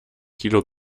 kilo